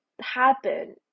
happen